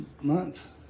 month